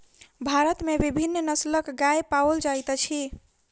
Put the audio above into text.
भारत में विभिन्न नस्लक गाय पाओल जाइत अछि